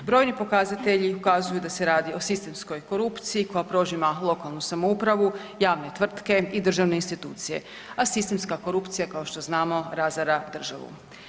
Brojni pokazatelji ukazuju da se radi o sistemskoj korupciji koja prožima lokalnu samoupravu, javne tvrtke i državne institucije, a sistemska korupcija kao što znamo razara državu.